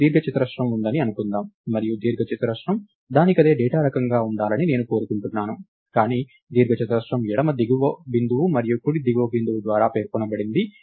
మనకు దీర్ఘచతురస్రం ఉందని అనుకుందాం మరియు దీర్ఘచతురస్రం దానికదే డేటా రకంగా ఉండాలని నేను కోరుకుంటున్నాను కానీ దీర్ఘచతురస్రం ఎడమ దిగువ బిందువు మరియు కుడి ఎగువ బిందువు ద్వారా పేర్కొనబడింది